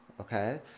okay